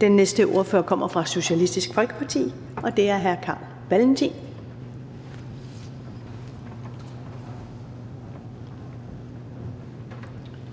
Den næste ordfører kommer fra Det Konservative Folkeparti, og det er hr. Marcus Knuth.